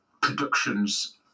productions